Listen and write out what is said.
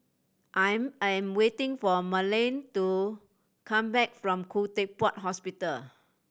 I am waiting for Marlyn to come back from Khoo Teck Puat Hospital